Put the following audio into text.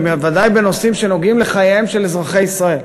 ובוודאי בנושאים שנוגעים בחייהם של אזרחי ישראל.